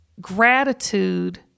gratitude